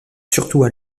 surtout